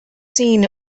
seen